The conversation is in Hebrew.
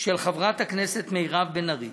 של חברת הכנסת מירב בן ארי,